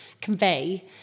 convey